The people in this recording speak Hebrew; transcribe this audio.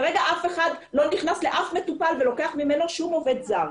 כרגע אף אחד לא נכנס לאף מטופל ולוקח ממנו עובד זר.